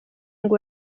ngo